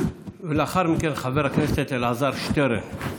לאחר מכן, חבר הכנסת אלעזר שטרן.